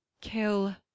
Kill